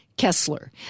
Kessler